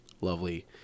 lovely